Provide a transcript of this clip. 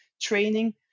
training